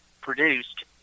produced